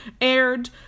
aired